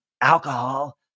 alcohol